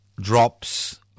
drops